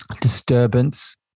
disturbance